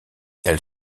elle